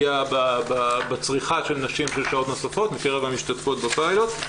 עלייה בצריכה של נשים של שעות נוספות מקרב המשתתפות בפיילוט.